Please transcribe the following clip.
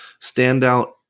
standout